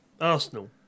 Arsenal